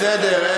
בסדר,